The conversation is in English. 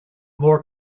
more